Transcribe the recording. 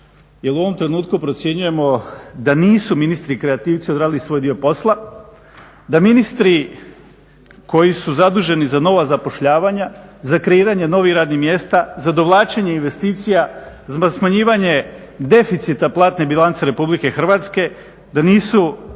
u ovom trenutku procjenjujemo da nisu ministri kreativci odradili svoj dio posla, da ministri koji su zaduženi za nova zapošljavanja, za kreiranja novih radnih mjesta, za dovlačenje investicija, za smanjivanje deficita platne bilance Republike Hrvatske da nisu